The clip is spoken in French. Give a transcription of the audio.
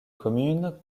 communes